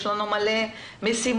יש לנו מלא משימות,